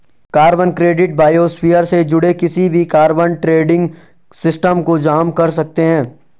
carbon credit biosphere से जुड़े किसी भी कार्बन ट्रेडिंग सिस्टम को जाम कर सकते हैं